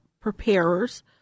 preparers